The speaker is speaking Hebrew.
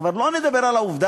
כבר לא נדבר על העובדה